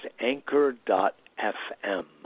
Anchor.fm